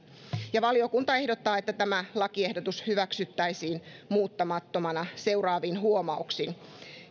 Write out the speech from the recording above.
valiokunta ehdottaa että tämä lakiehdotus hyväksyttäisiin muuttamattomana seuraavin huomautuksin